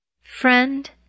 Friend-